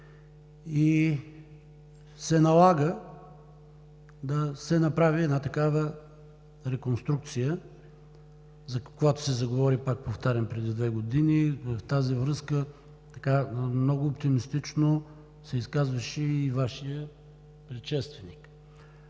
и се налага да се направи една такава реконструкция, за каквато се заговори – пак повтарям, преди две години. В тази връзка много оптимистично се изказваше и Вашият предшественик.